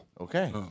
Okay